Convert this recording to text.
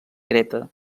creta